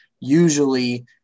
Usually